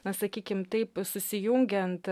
na sakykim taip susijungiant